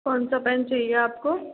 कौन सा पेन चाहिए आपको